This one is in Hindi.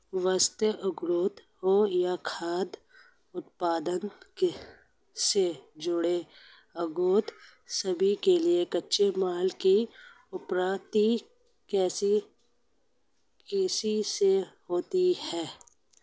वस्त्र उद्योग हो या खाद्य उत्पादन से जुड़े उद्योग सभी के लिए कच्चे माल की आपूर्ति कृषि से ही होती है